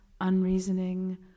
unreasoning